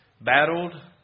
Battled